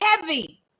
heavy